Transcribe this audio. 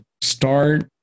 start